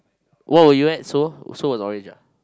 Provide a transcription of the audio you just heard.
!woah! you add so so at orange ah